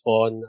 on